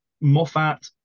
Moffat